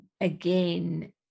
again